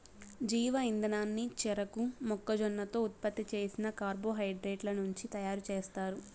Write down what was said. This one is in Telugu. జీవ ఇంధనాన్ని చెరకు, మొక్కజొన్నతో ఉత్పత్తి చేసిన కార్బోహైడ్రేట్ల నుంచి తయారుచేస్తారు